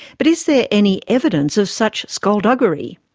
but is there any evidence of such skulduggery?